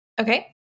Okay